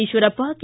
Eshwarappa K